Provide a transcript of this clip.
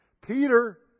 Peter